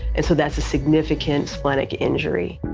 and so that's a significant splenic injury.